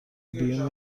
بیوم